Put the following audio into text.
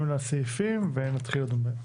והסברים לסעיפים ונתחיל לדון בהם.